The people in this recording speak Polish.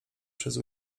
przez